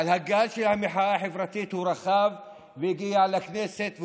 על הגל של המחאה החברתית הוא רכב והגיע לכנסת,